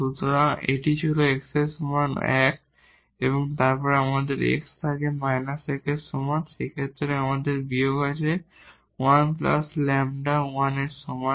সুতরাং এটি ছিল x সমান 1 এবং তারপর যদি আমাদের x থাকে 1 এর সমান সেই ক্ষেত্রে আমাদের বিয়োগ আছে এবং 1 λ 1 এর সমান